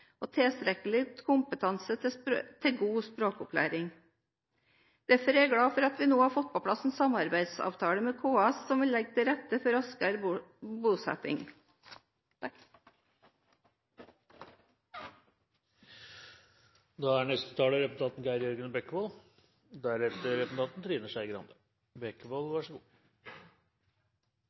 og tilstrekkelig kompetanse til god språkopplæring. Derfor er jeg glad for at vi nå har fått på plass en samarbeidsavtale med KS som legger til rette for raskere bosetting. Aller først takk til sakens ordfører for et godt stykke arbeid med en viktig melding. Det er